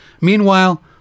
Meanwhile